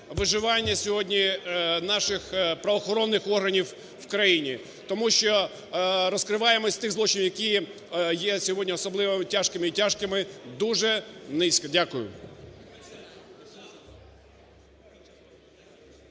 виживання сьогодні наших правоохоронних органів в країні, тому що розкриваємість тих злочинів, які є на сьогодні особливо тяжкими і тяжкими, дуже низька. Дякую.